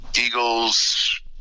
Eagles